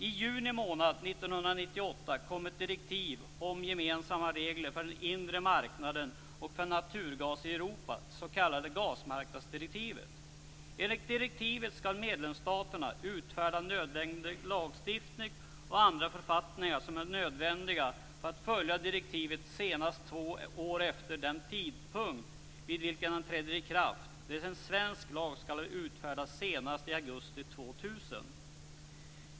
I juni månad 1998 kom ett direktiv om gemensamma regler för den inre marknaden och för naturgas i Europa, det s.k. gasmarknadsdirektivet. Enligt direktivet skall medlemsstaterna utfärda nödvändig lagstiftning och andra författningar som är nödvändiga för att följa direktivet senast två år efter den tidpunkt vid vilken den träder i kraft. Enligt svensk lag skall det ske senast i augusti 2000.